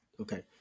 Okay